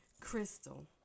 Crystal